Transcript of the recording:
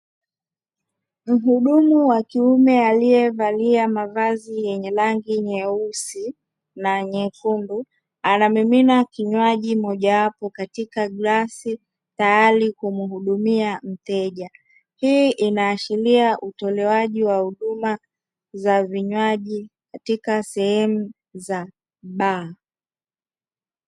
Mhudumu wa kiume aliyevalia mavazi yenye rangi nyeusi na nyekundu anamimina kinywaji mojawapo katika glasi tayari kumuhudumia mteja. Hii inaashiria utolewaji wa huduma za vinywaji katika sehemu za baa.